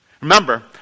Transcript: Remember